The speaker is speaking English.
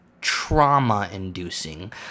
trauma-inducing